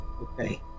Okay